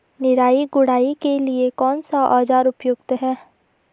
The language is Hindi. निराई गुड़ाई के लिए कौन सा औज़ार उपयुक्त है?